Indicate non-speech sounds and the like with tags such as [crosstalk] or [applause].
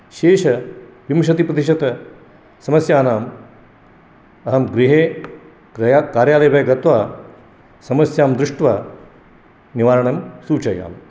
शेषविंशतिप्रतिशतसमस्यानां अहं गृहे [unintelligible] कार्यालये गत्वा समस्यां दृष्ट्वा निवारणं सूचयामि